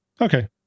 Okay